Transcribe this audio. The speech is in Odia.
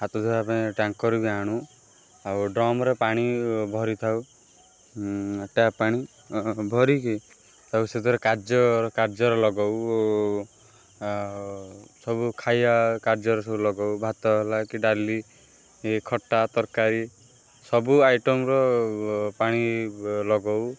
ହାତ ଧୋଇବା ପାଇଁ ଟ୍ୟାଙ୍କର୍ ବି ଆଣୁ ଆଉ ଡ୍ରମ୍ ରେ ପାଣି ଭରିଥାଉ ଟ୍ୟାପ୍ ପାଣି ଭରିକି ତାକୁ ସେଥିରେ କାର୍ଯ୍ୟ କାର୍ଯ୍ୟରେ ଲଗଉ ଆଉ ସବୁ ଖାଇବା କାର୍ଯ୍ୟରେ ସବୁ ଲଗଉ ଭାତ ହେଲା କି ଡାଲି ଇଏ ଖଟା ତରକାରୀ ସବୁ ଆଇଟମ୍ ର ପାଣି ଲଗଉ